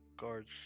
guards